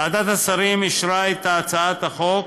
ועדת השרים אישרה את הצעת החוק.